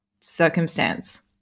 circumstance